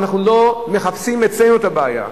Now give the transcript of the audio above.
ואנחנו לא מחפשים אצלנו את הבעיה.